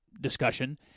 discussion